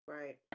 right